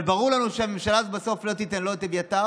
אבל ברור לנו שהממשלה הזאת בסוף לא תיתן לא את אביתר